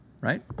right